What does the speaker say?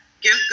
give